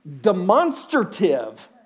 demonstrative